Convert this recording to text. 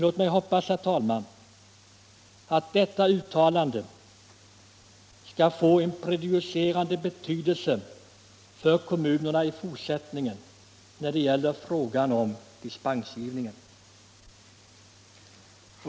Låt oss hoppas, herr talman, att detta uttalande skall få en prejudicerande verkan för kommunerna när det gäller dispensgivningen i fortsättningen!